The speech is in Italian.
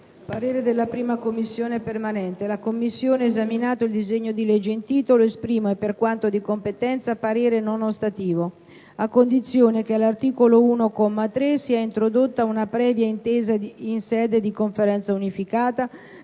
«La 1a Commissione permanente, esaminato il disegno di legge in titolo, esprime, per quanto di competenza, parere non ostativo, a condizione che, all'articolo 1, comma 3, sia introdotta una previa intesa in sede di Conferenza unificata